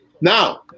now